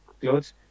clothes